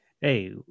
Hey